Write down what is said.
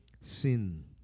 sin